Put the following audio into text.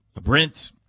Brent